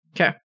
Okay